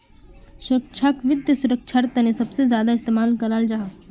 सुरक्षाक वित्त सुरक्षार तने सबसे ज्यादा इस्तेमाल कराल जाहा